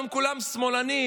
הם כולם שמאלנים,